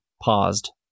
paused